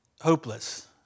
hopeless